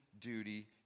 duty